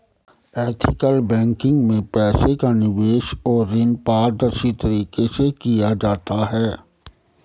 ethical banking में पैसे का निवेश और ऋण पारदर्शी तरीके से किया जाता है